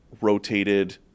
rotated